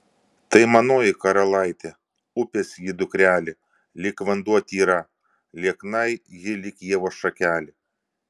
tai manoji karalaitė upės ji dukrelė lyg vanduo tyra liekna ji lyg ievos šakelė